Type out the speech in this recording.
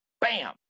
Bam